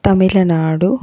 Tamil Nadu